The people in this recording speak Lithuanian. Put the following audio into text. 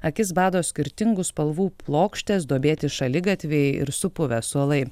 akis bado skirtingų spalvų plokštės duobėti šaligatviai ir supuvę suolai